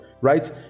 right